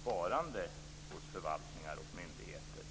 sparande hos förvaltningar och myndigheter.